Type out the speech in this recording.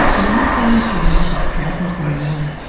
you're not going to work as packers anymore,